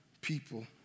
people